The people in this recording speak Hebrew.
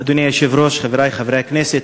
אדוני היושב-ראש, חברי חברי הכנסת,